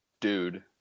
dude